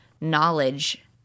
knowledge